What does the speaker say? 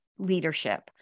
leadership